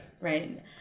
Right